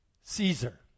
Caesar